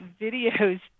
videos